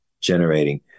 generating